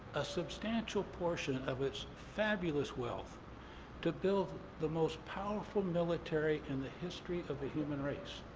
a substantial portion of its fabulous wealth to build the most powerful military in the history of the human race.